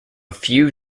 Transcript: few